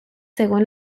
según